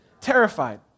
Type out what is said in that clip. Terrified